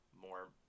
more